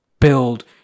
build